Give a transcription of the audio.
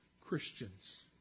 Christians